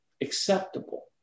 acceptable